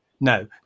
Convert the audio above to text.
No